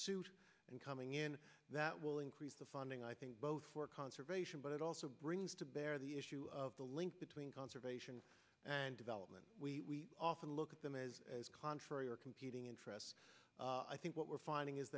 suit and coming in that will increase the funding i think both for conservation but it also brings to bear the issue of the link between conservation and development we often look at them as as contrary or competing interests i think what we're finding